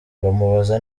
bamubaza